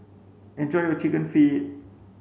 enjoy your chicken feet